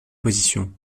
position